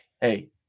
Hey